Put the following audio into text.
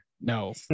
No